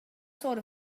sort